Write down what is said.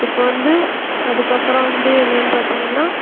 இப்போ வந்து அதுக்கப்புறம் வந்து என்னெனு பார்த்திங்கன்னா